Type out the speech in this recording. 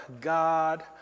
God